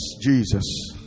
Jesus